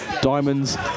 Diamonds